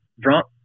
drunk